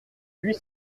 huit